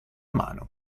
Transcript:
mano